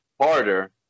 harder